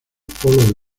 polo